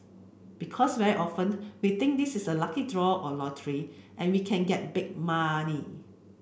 because very often we think this is a lucky draw or lottery and we can get big money